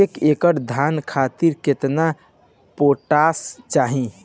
एक एकड़ धान खातिर केतना पोटाश चाही?